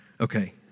Okay